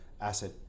asset